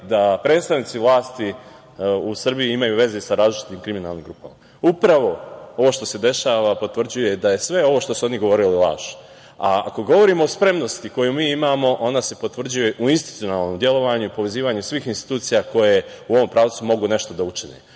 da predstavnici vlasti u Srbiju imaju veze sa azličitim kriminalnim grupama. Upravo ovo što se dešava potvrđuje da je sve ovo što su oni govorili laž. Ako govorimo o spremnosti koju mi imamo ona se potvrđuje u institucionalnom delovanju svih institucija koje u ovom pravcu mogu nešto da učine.